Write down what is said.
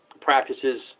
practices